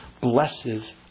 blesses